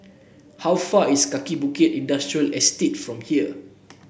how far is Kaki Bukit Industrial Estate from here